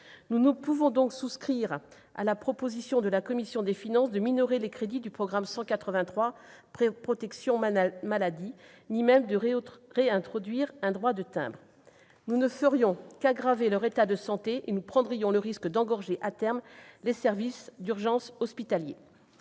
Nous ne pouvons donc pas souscrire à la proposition de la commission des finances de minorer les crédits du programme 183, « Protection maladie », ou de réintroduire un droit de timbre. Nous ne ferions qu'aggraver leur état de santé et prendrions le risque d'engorger à terme les services d'urgence hospitaliers.